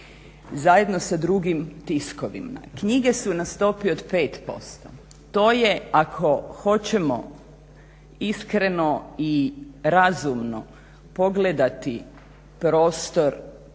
zajedno sa drugim tiskovinama. Knjige su na stopi od 5% to je ako hoćemo iskreno i razumno pogledati prostor